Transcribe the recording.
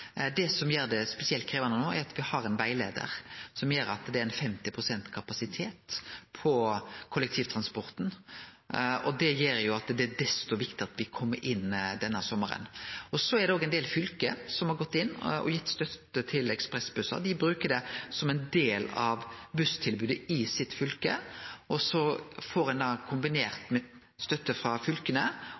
Det som gjer det spesielt krevjande no, er at me har ein rettleiar som gjer at det er 50 pst. kapasitet på kollektivtransporten. Det gjer at det er desto viktigare at me kjem inn denne sommaren. Det er òg ein del fylke som har gått inn og gitt støtte til ekspressbussar. Dei bruker det som ein del av busstilbodet i fylket sitt, og så får ein da, kombinert med støtte frå